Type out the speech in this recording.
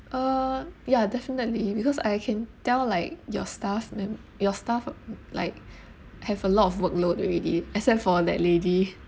uh ya definitely because I can tell like your staff mem~ your staff like have a lot of workload already except for that lady